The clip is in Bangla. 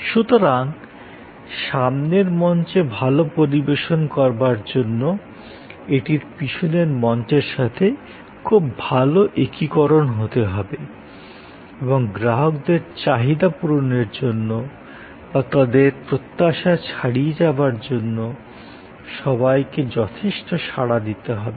সুতরাং সামনের মঞ্চে ভাল পরিবেশন করার জন্য এটির পিছনের মঞ্চের সাথে খুব ভাল একীকরণ হতে হবে এবং গ্রাহকদের চাহিদা পূরণের জন্য বা তাদের প্রত্যাশা ছাড়িয়ে যাবার জন্য সবাইকে যথেষ্ট সাড়া দিতে হবে